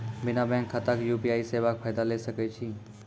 बिना बैंक खाताक यु.पी.आई सेवाक फायदा ले सकै छी?